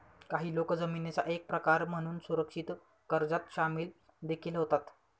काही लोक जामीनाचा एक प्रकार म्हणून सुरक्षित कर्जात सामील देखील होतात